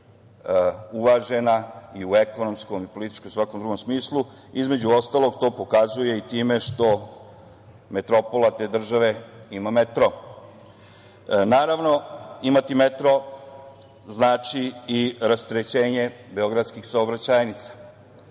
uvažena, i u ekonomskom, političkom i svakom drugom smislu, između ostalog to pokazuje i time što metropola te države ima metro. Naravno, imati metro znači i rasterećenje beogradskih saobraćajnica.